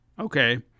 Okay